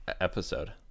episode